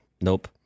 Nope